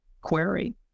query